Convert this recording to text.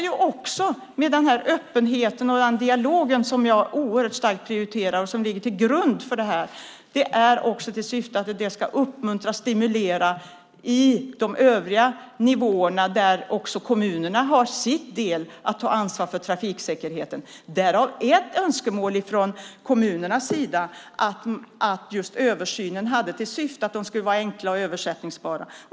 Jag prioriterar öppenhet och dialog, och det ligger till grund för detta och har till syfte att man ska uppmuntra och stimulera på de övriga nivåerna där också kommunerna har sin del att ta ansvar för trafiksäkerheten. Det är ett önskemål från kommunerna att översynen skulle vara enkel och översättningsbar.